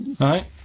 Right